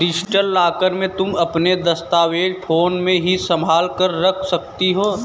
digital locker में तुम अपने दस्तावेज फोन में ही संभाल कर रख सकती हो